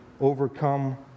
overcome